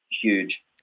huge